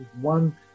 one